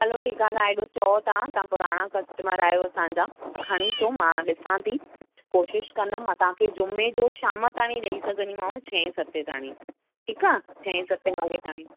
हलो ठीक आ तां हेॾो चओता तां पुराणा कस्टमरु अहियो असांजा त खणी अचो मां ॾिसांती कोशिश कंदमि मां तांखे जूमे जो शाम ताणी ॾई सघंदीमांव छहे सते ताणी ठीक आ छहे सते वॻे ताणी